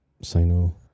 Sino